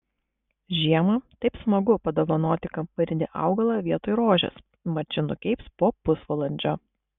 žiemą taip smagu padovanoti kambarinį augalą vietoj rožės mat ši nukeips po pusvalandžio